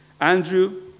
Andrew